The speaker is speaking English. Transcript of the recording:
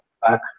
back